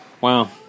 Wow